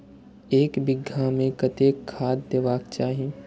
एक बिघा में कतेक खाघ देबाक चाही?